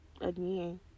again